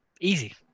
Easy